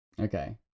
Okay